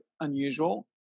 unusual